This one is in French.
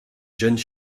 jeunes